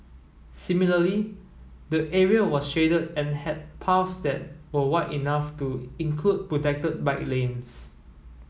similarly the area was shaded and had paths that were wide enough to include protected bike lanes